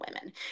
women